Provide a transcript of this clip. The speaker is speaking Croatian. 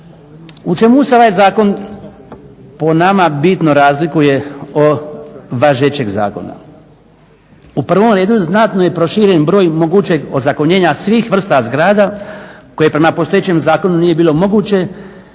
U čemu se ovaj Zakon po nama bitno razlikuje od važećeg zakona. U prvom redu znatno je proširen broj mogućeg ozakonjenja svih vrsta zgrada koje prema postojećem zakonu nije bilo moguće